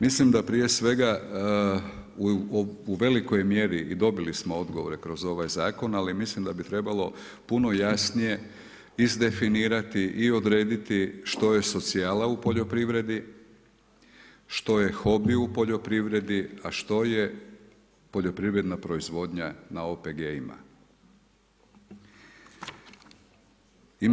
Mislim da prije svega u velikoj mjeri i dobili smo odgovore kroz ovaj zakon, ali mislim da bi trebalo puno jasnije izdefinirati i odrediti što je socijalan u poljoprivredi, što je hobi u poljoprivredi, a što je poljoprivredna proizvodnja na OPG-ima.